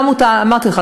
אמרתי לך,